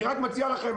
אני מציע לכם,